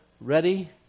ready